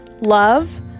love